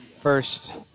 first